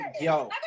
yo